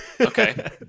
Okay